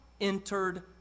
entered